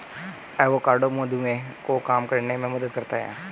avocado मधुमेह को कम करने में मदद करता है